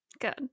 good